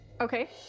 okay